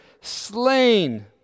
slain